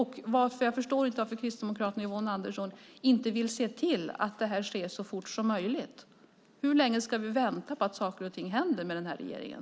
Jag förstår inte varför Kristdemokraterna och Yvonne Andersson inte vill se till att det här sker så fort som möjligt. Hur länge ska vi vänta på att saker och ting händer under den här regeringen?